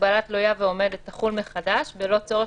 הגבלה תלויה ועומדת תחול מחדש בלא צורך